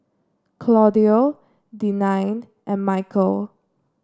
Claudio Denine and Mykel